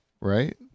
right